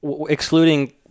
excluding